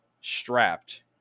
strapped